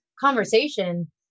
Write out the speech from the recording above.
conversation